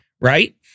Right